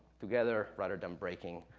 together rather than breaking.